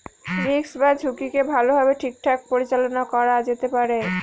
risk বা ঝুঁকিকে ভালোভাবে ঠিকঠাক পরিচালনা করা যেতে পারে